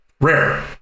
rare